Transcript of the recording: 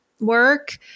work